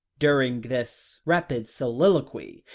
during this rapid soliloquy,